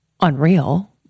unreal